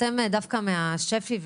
אתם דווקא מהשפ"י,